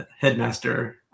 headmaster